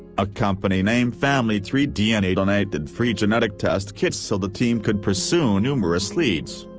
a company named family tree dna donated free genetic test kits so the team could pursue numerous leads.